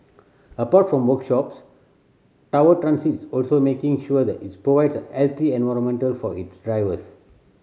apart from workshops Tower Transit is also making sure that its provides a healthy environmental for its drivers